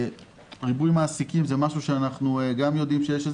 ריבוי מעסיקים זה משהו שאנחנו גם יודעים שיש,